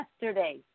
yesterday